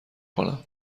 کنم